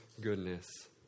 goodness